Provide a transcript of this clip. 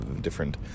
different